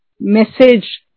message